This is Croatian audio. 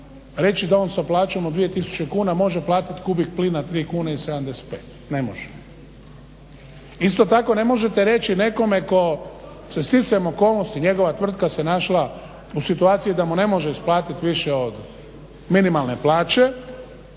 reć da je on sa plaćom od 2 tisuće kuna može platiti kubik plina 3 kuna i 75. Ne može. Isto tako ne možete reći nekome tko isticanjem okolnosti njegova tvrtka se našla u situaciji da mu ne može isplatiti više od minimalne plaće,